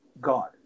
God